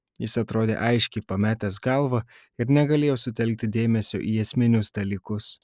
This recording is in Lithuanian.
jis atrodė aiškiai pametęs galvą ir negalėjo sutelkti dėmesio į esminius dalykus